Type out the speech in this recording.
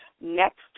next